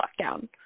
lockdown